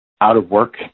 out-of-work